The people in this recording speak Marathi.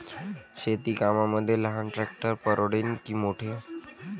शेती कामाले लहान ट्रॅक्टर परवडीनं की मोठं?